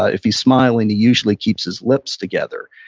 ah if he's smiling he usually keeps his lips together.